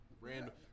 random